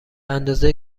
اندازه